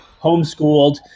homeschooled